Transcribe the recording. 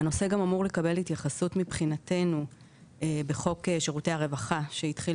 הנושא גם אמור לקבל התייחסות מבחינתנו בחוק שירותי הרווחה שהתחיל